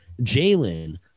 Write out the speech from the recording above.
Jalen